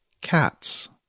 cats